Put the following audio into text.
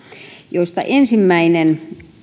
joista ensimmäinen